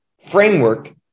framework